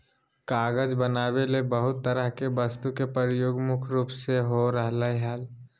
कागज बनावे ले बहुत तरह के वस्तु के प्रयोग मुख्य रूप से हो रहल हल